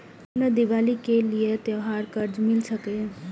हमरा दिवाली के लिये त्योहार कर्जा मिल सकय?